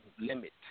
Limit